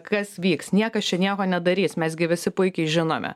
kas vyks niekas čia nieko nedarys mes gi visi puikiai žinome